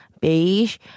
beige